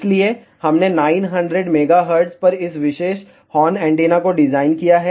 इसलिए हमने 900 MHz पर इस विशेष हॉर्न एंटीना को डिजाइन किया है